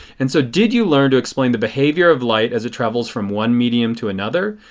and so did you learn to explain the behavior of light as it travels from one medium to another?